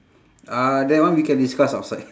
uh that one we can discuss outside